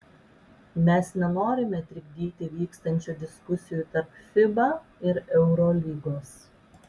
mes nenorime trikdyti vykstančių diskusijų tarp fiba ir eurolygos